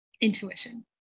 intuition